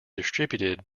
distributed